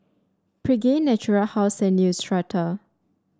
Pregain Natura House and Neostrata